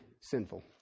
sinful